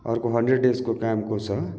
अर्को हन्ड्रेड डेजको कामको छ